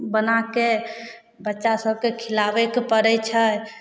बनाकऽ बच्चासभके खिलाबैके पड़ै छै